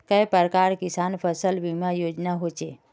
के प्रकार किसान फसल बीमा योजना सोचें?